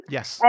Yes